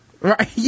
right